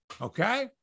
Okay